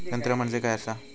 तंत्र म्हणजे काय असा?